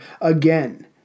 again